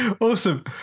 awesome